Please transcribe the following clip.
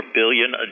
billion